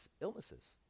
illnesses